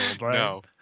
No